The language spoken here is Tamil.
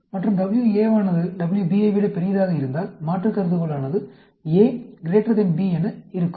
மற்றும் WA வானது WB ஐ விட பெரியதாக இருந்தால் மாற்று கருதுகோளானது A B என இருக்கும்